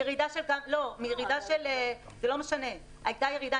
זה לא משנה, הייתה ירידה.